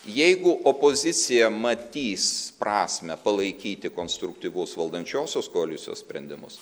jeigu opozicija matys prasmę palaikyti konstruktyvus valdančiosios koalicijos sprendimus